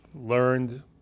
learned